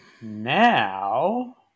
Now